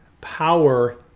power